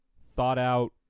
thought-out